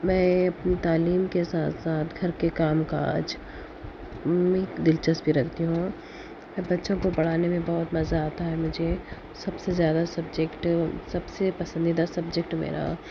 میں اپنی تعلیم کے ساتھ ساتھ گھر کے کام کاج میں دلچسپی رکھتی ہوں اور بچوں کو پڑھانے میں بہت مزہ آتا ہے مجھے سب سے زیادہ سبجیکٹ سب سے پسندیدہ سبجیکٹ میرا